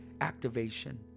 activation